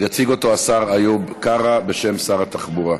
יציג אותו השר איוב קרא, בשם שר התחבורה.